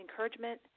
encouragement